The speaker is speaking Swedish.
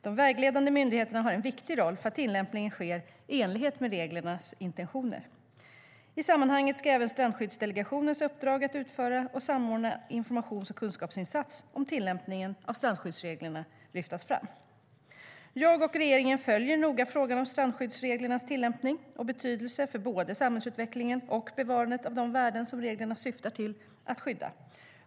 De vägledande myndigheterna har en viktig roll för att tillämpningen sker i enlighet med reglernas intentioner. I sammanhanget ska även Strandskyddsdelegationens uppdrag att utföra och samordna en informations och kunskapsinsats om tillämpningen av strandskyddsreglerna lyftas fram. Jag och regeringen följer noga frågan om strandskyddsreglernas tillämpning och betydelse för både samhällsutvecklingen och bevarandet av de värden som reglerna syftar till att skydda.